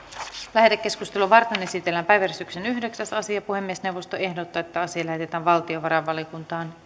lähetekeskustelua varten esitellään päiväjärjestyksen yhdeksäs asia puhemiesneuvosto ehdottaa että asia lähetetään valtiovarainvaliokuntaan